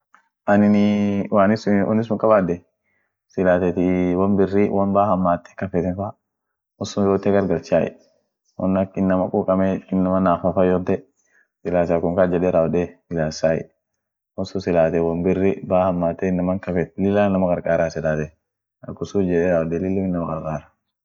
jamanine ada ishia biria ada dursan taa wariat wari ishia kaa inama duran inama gugurda ishia gotea skiller tomasmani bash faa amineni ada ishia tadibineni oktobafest yedeni amineni taa diniat jira dini ishia kitistoa amineni hujineni ak gargar kodan jira huji nam wolba taa inin dandoo sunt jira dun afaan ishin dubetinen afaan kaa jamaniat